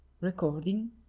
Recording